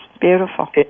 Beautiful